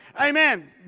amen